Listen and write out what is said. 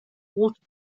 water